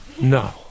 No